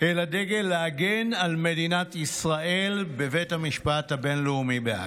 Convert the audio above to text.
אל הדגל להגן על מדינת ישראל בבית המשפט הבין-לאומי בהאג.